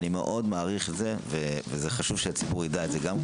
אני מאוד מעריך את זה וחשוב שהציבור יידע את זה גם.